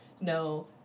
no